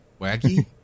Wacky